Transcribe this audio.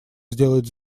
сделать